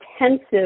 intensive